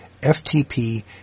FTP